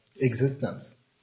existence